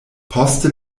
poste